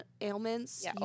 ailments